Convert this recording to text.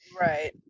right